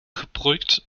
gebruikt